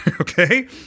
Okay